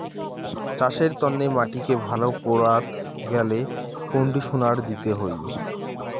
চাসের তন্নে মাটিকে ভালো করাত গ্যালে কন্ডিশনার দিতে হই